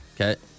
Okay